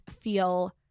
feel